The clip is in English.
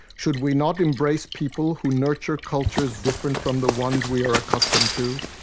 should we not embrace people who nurture cultures different from the ones we are accustomed to?